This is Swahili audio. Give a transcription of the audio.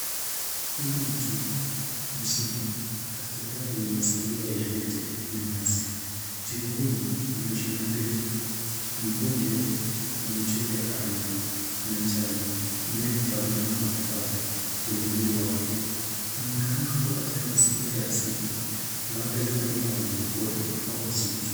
Huyu ni twiga mzima akitembea kwenye mazingira yenye miti na nyasi .Twiga huyu ana shingo ndefu, miguu mirefu na michoro ya kahawia na njano inayofanana na matofali kwenye mwili wake. Anaonekana kuwa katika mazingira ya asili labda hifadhi ya wanyama pori au msitu.